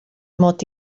mod